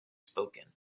spoken